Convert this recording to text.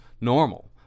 normal